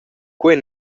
quei